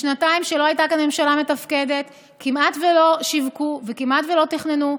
בשנתיים שלא הייתה כאן ממשלה מתפקדת כמעט שלא שיווקו וכמעט שלא תכננו,